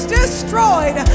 destroyed